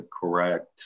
correct